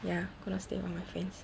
ya gonna stay with my friends